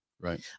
Right